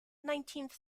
nineteenth